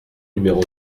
numéro